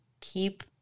keep